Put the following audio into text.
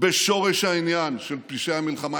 בשורש העניין של פשעי המלחמה,